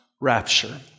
rapture